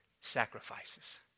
sacrifices